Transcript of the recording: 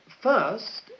First